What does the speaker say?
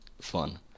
fun